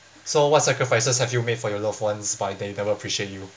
so what sacrifices have you made for your loved ones but they never appreciate you